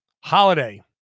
Holiday